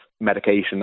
medication